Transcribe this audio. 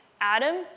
Adam